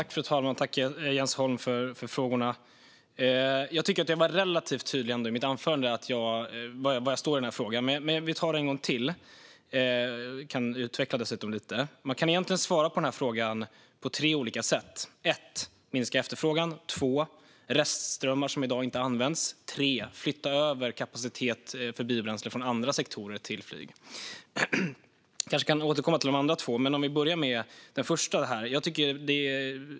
Fru talman! Tack, Jens Holm, för frågorna! Jag tycker att jag var relativt tydlig i mitt anförande när det gäller var jag står i den här frågan, men vi tar det en gång till. Jag kan dessutom utveckla det lite. Man kan egentligen svara på denna fråga på tre olika sätt. Det första handlar om att minska efterfrågan. Det andra handlar om restströmmar som i dag inte används. Det tredje handlar om att flytta över kapacitet för biobränsle från andra sektorer till flyg. Jag kanske kan återkomma till de andra två och börja med det första svaret.